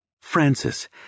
Francis